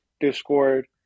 Discord